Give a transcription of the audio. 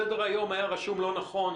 סדר-היום היה רשום לא נכון.